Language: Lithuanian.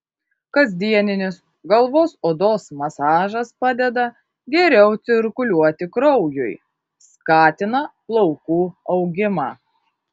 kasdieninis galvos odos masažas padeda geriau cirkuliuoti kraujui skatina plaukų augimą